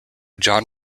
john